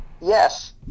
yes